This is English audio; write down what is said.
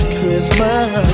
Christmas